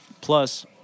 Plus